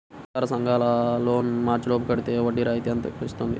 సహకార సంఘాల లోన్ మార్చి లోపు కట్టితే వడ్డీ రాయితీ ఎందుకు ఇస్తుంది?